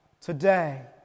today